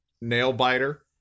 nail-biter